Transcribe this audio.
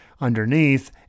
underneath